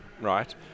right